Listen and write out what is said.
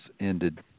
ended